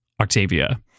Octavia